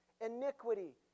iniquity